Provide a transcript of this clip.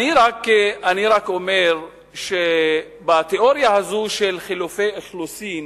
אני רק אומר שבתיאוריה הזאת של חילופי אוכלוסין,